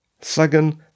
Second